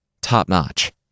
top-notch